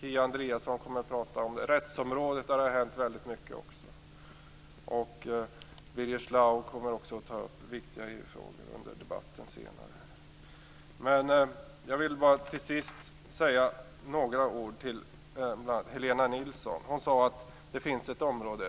Kia Andreasson kommer att tala om det. Det har också hänt mycket på rättsområdet. Birger Schlaug kommer senare under debatten att ta upp viktiga EU-frågor. Jag vill till sist säga några ord till Helena Nilsson. Hon sade att